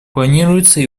планируется